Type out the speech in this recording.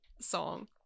song